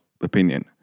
opinion